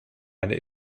eine